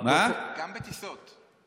גם בטיסות.